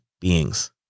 beings